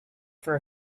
for